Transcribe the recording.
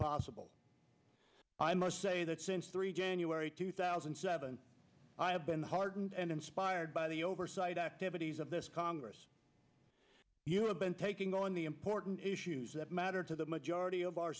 possible i must say that since three january two thousand and seven i have been heartened and inspired by the oversight activities of this congress you have been taking on the important issues that matter to the majority of our